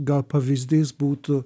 gal pavyzdys būtų